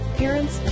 parents